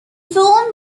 film